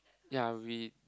ya we